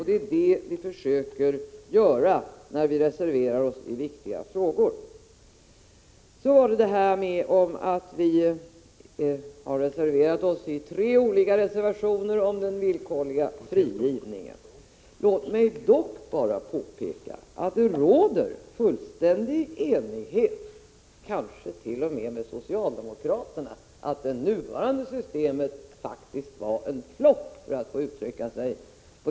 Det är det vi försöker visa när vi reserverar oss i viktiga frågor. Vidare några ord med anledning av att det finns tre olika reservationer om den villkorliga frigivningen. Låt mig bara påpeka att det råder fullständig enighet — kanske t.o.m. med socialdemokraterna — om att det nuvarande systemet faktiskt är en ”flopp”.